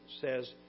says